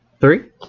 Three